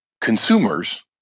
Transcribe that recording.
consumers